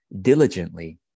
diligently